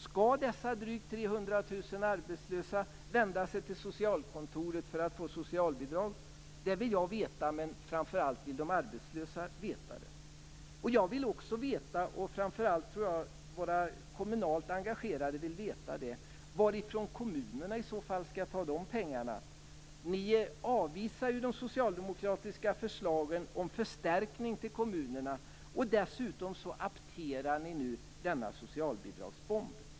Skall dessa drygt 300 000 arbetslösa vända sig till socialkontoret för att få socialbidrag? Det vill jag veta, men framför allt vill de arbetslösa veta det. Jag vill också veta, och framför allt tror jag att våra kommunalt engagerade vill veta det, varifrån kommunerna i så fall skall ta de pengarna. Ni avvisar de socialdemokratiska förslagen om förstärkning till kommunerna, och dessutom apterar ni nu denna socialbidragsbomb.